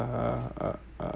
uh uh uh